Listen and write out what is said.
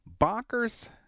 bonkers